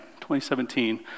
2017